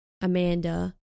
Amanda